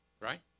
right